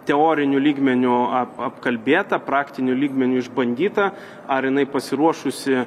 teoriniu lygmeniu apkalbėta praktiniu lygmeniu išbandyta ar jinai pasiruošusi